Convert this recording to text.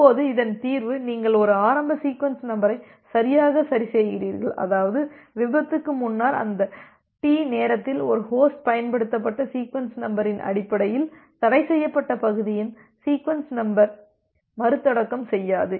இப்போது இதன் தீர்வு நீங்கள் ஒரு ஆரம்ப சீக்வென்ஸ் நம்பரை சரியாக சரிசெய்கிறீர்கள் அதாவது விபத்துக்கு முன்னர் அந்த டி நேரத்தில் ஒரு ஹோஸ்ட் பயன்படுத்தப்பட்ட சீக்வென்ஸ் நம்பரின் அடிப்படையில் தடைசெய்யப்பட்ட பகுதியின் சீக்வென்ஸ் நம்பர் மறுதொடக்கம் செய்யாது